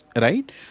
Right